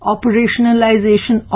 operationalization